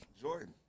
Jordan